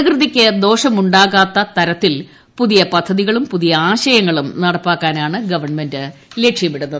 പ്രകൃതിക്ക് ദോഷമുണ്ടാക്കത്ത തരത്തിൽ പുതിയ പദ്ധതികളും പുതിയ ആശയങ്ങളും നടപ്പാക്കാനാണ് ഗവൺമെന്റ് ലക്ഷ്യമിടുന്നത്